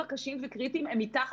את יודעת מה, יש לנו עשר